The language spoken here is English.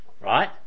Right